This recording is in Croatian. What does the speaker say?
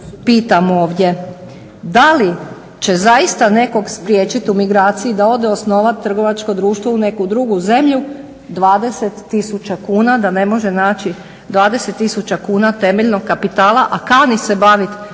pitam ovdje da li će zaista nekog spriječit u migraciji da ode osnovat trgovačko društvo u neku drugu zemlju 20 tisuća kuna, da ne može naći 20 tisuća kuna temeljnog kapitala, a kani se bavit